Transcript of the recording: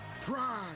pride